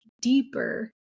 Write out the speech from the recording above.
deeper